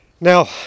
now